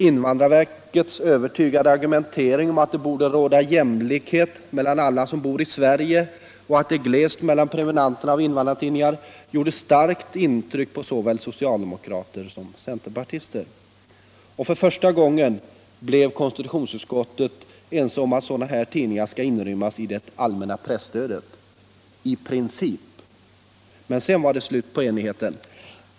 Invandrarverkets övertygande argumentering om att det borde råda jämlikhet mellan alla som bor i Sverige och att det är glest med prenumeranter på invandrartidningar gjorde starkt intryck på såväl socialdemokrater som centerpartister. För första gången blev konstitutionsutskottet ense om att också sådana här tidningar skall inrymmas i det allmänna presstödet — i princip. Men sedan var det slut på enigheten.